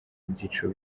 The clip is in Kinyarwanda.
byiciro